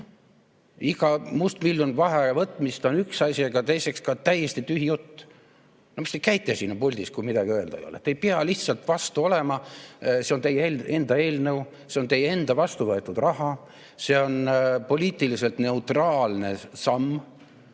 Mustmiljon vaheaja võtmist on üks asi ja teiseks ka täiesti tühi jutt. Miks te käite siin puldis, kui midagi öelda ei ole? Te ei pea lihtsalt vastu olema. See on teie enda eelnõu, see on teie enda vastuvõetud raha, see on poliitiliselt neutraalne samm.